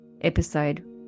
episode